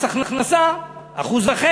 מס הכנסה 1.5%,